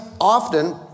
often